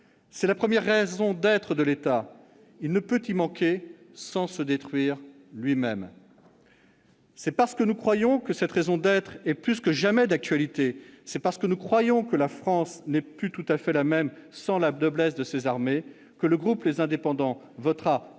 C'est la première raison d'être de l'État. Il ne peut y manquer sans se détruire lui-même. » C'est parce que nous croyons que cette raison d'être est plus que jamais d'actualité, c'est parce que nous croyons que la France n'est plus tout à fait la même sans la noblesse de ses armées, que le groupe Les Indépendants votera,